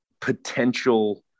potential –